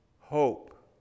hope